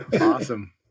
Awesome